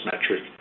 metric